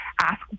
ask